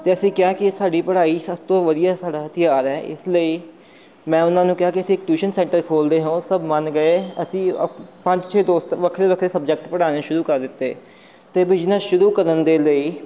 ਅਤੇ ਅਸੀਂ ਕਿਹਾ ਕਿ ਸਾਡੀ ਪੜ੍ਹਾਈ ਸਭ ਤੋਂ ਵਧੀਆ ਸਾਡਾ ਹਥਿਆਰ ਹੈ ਇਸ ਲਈ ਮੈਂ ਉਹਨਾਂ ਨੂੰ ਕਿਹਾ ਕਿ ਅਸੀਂ ਟਿਊਸ਼ਨ ਸੈਂਟਰ ਖੋਲਦੇ ਹਾਂ ਉਹ ਸਭ ਮੰਨ ਗਏ ਅਸੀਂ ਪੰਜ ਛੇ ਦੋਸਤ ਵੱਖਰੇ ਵੱਖਰੇ ਸਬਜੈਕਟ ਪੜ੍ਹਾਉਣੇ ਸ਼ੁਰੂ ਕਰ ਦਿੱਤੇ ਅਤੇ ਬਿਜਨਸ ਸ਼ੁਰੂ ਕਰਨ ਦੇ ਲਈ